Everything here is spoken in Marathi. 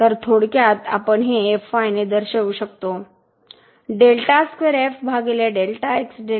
तर थोडक्यात आपण हे ने दर्शवू शकतो